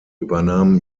übernahm